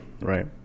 right